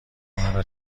مرا